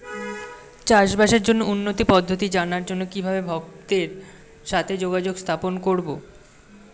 চাষবাসের জন্য উন্নতি পদ্ধতি জানার জন্য কিভাবে ভক্তের সাথে যোগাযোগ স্থাপন করব?